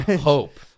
Hope